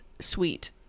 sweet